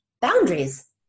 boundaries